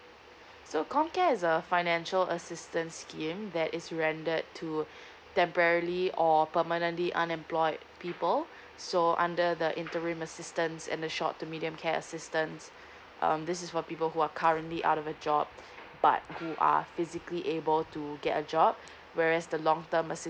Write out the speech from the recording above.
so com care is a financial assistance scheme that is rendered to temporary or permanently unemployed people so under the interim assistance and the short to medium care assistants um this is for people who are currently out of a job but who are physically able to get a job whereas the long term assist